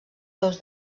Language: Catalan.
dos